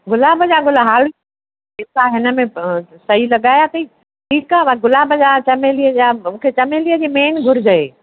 गुलाब जा गुल हाल हिता हिनमें सही लॻाया तई ठीकु आहे वरी गुलाब जा चमेलीअ जा मूंखे चमेलीअ मेंन घुर्ज आहे